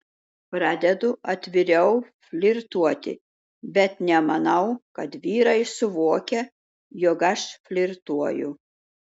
pradedu atviriau flirtuoti bet nemanau kad vyrai suvokia jog aš flirtuoju